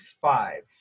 five